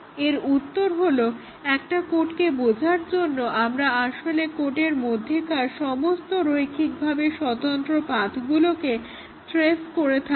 এর উত্তর হলো একটা কোডকে বোঝার জন্য আমরা আসলে কোডের মধ্যেকার সমস্ত রৈখিকভাবে স্বতন্ত্র পাথগুলোকে ট্রেস করে থাকি